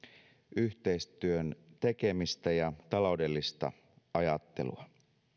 yhteistyön tekemistä ja taloudellista ajattelua